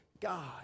God